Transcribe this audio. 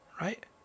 right